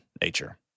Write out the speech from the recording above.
nature